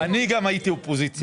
גם אני הייתי אופוזיציה.